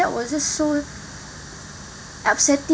that was just so upsetting